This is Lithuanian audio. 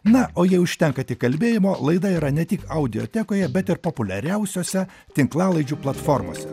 na o jei užtenka tik kalbėjimo laida yra ne tik audiotekoje bet ir populiariausiose tinklalaidžių platformose